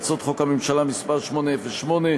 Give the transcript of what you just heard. הצעות חוק הממשלה מס' 808,